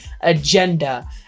agenda